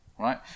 Right